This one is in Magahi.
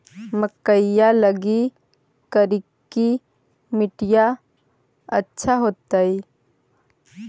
मकईया लगी करिकी मिट्टियां अच्छा होतई